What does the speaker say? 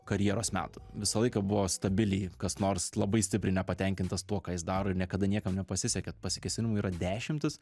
karjeros metų visą laiką buvo stabiliai kas nors labai stipriai nepatenkintas tuo ką jis daro ir niekada niekam nepasisekė pasikėsinimų yra dešimtys